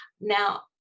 now